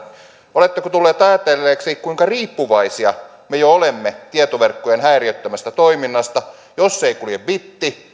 oletteko tulleet ajatelleeksi kuinka riippuvaisia me jo olemme tietoverkkojen häiriöttömästä toiminnasta jos ei kulje bitti